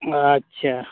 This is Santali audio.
ᱟᱪᱪᱷᱟ